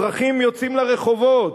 אזרחים יוצאים לרחובות,